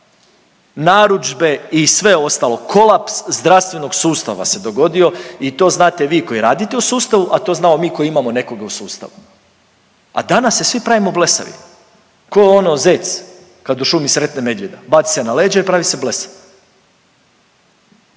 narudžbe i sve ostalo. Kolaps zdravstvenog sustava se dogodio i to znate vi koji radite u sustavu, a to znamo mi koji imamo nekoga u sustavu, a danas se svi pravimo blesavi tko ono zec kad u šumi sretne medvjeda, baci se na leđa i pravi se blesav.